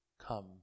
come